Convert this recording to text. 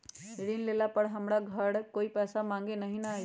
ऋण लेला पर हमरा घरे कोई पैसा मांगे नहीं न आई?